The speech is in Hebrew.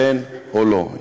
כן או לא,